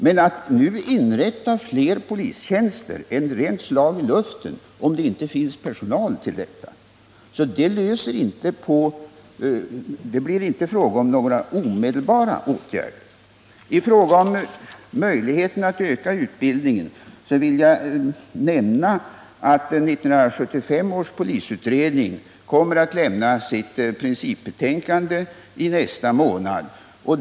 Men att nu inrätta fler polistjänster är ett slag i luften, eftersom det inte finns personal till dessa. Det blir alltså inte fråga om någon omedelbar åtgärd. Beträffande möjligheterna att öka utbildningen vill jag nämna att 1975 års polisutredning kommer att lämna sitt principbetänkande i nästa månad.